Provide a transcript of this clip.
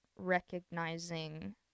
recognizing